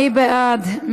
מי בעד?